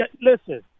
Listen